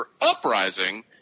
uprising